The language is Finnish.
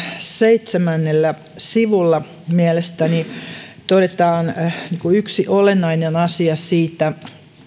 seitsemännellä sivulla todetaan mielestäni yksi olennainen asia siitä